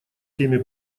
теми